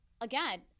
again